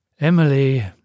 Emily